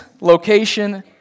location